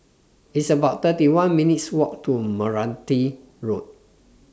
It's about thirty one minutes' Walk to Meranti Road